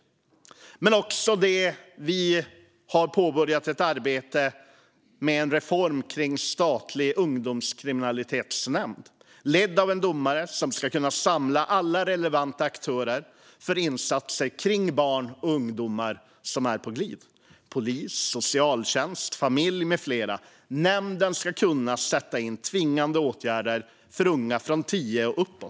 Det handlar också om att vi har påbörjat ett arbete med en reform kring en statlig ungdomskriminalitetsnämnd ledd av en domare som ska kunna samla alla relevanta aktörer för insatser kring barn och ungdomar som är på glid - polis, socialtjänst, familj med flera. Nämnden ska kunna sätta in tvingande åtgärder för unga från tio år och uppåt.